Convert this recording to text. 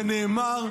זה נאמר,